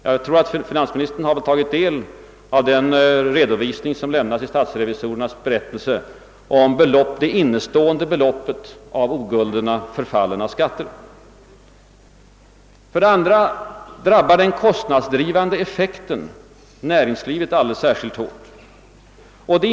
Jag utgår från att finansministern tagit del av den redovisning som i statsrevisorernas berättelse lämnas rörande de innestående beloppen av oguldna förfallna skatter. För det andra drabbar den kostnadsdrivande effekten näringslivet alldeles särskilt hårt.